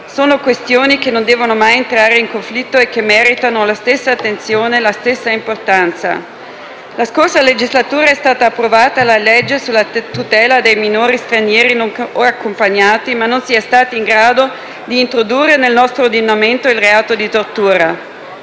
Sono questioni che non devono mai entrare in conflitto e che meritano la stessa attenzione e la stessa importanza. Nella scorsa legislatura è stata approvata la legge sulla tutela dei minori stranieri non accompagnati, ma non si è stati in grado di introdurre nel nostro ordinamento il reato di tortura.